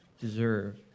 deserve